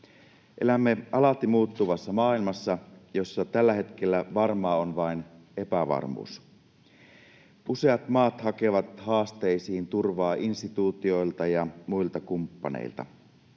Elämme alati muuttuvassa maailmassa, jossa tällä hetkellä varmaa on vain epävarmuus. Useat maat hakevat haasteisiin turvaa instituutioilta ja muilta kumppaneilta.